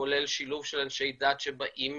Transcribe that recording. כולל שילוב של אנשי דת שבאים